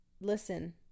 listen